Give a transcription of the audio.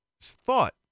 thought